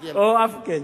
אני מודיע לך.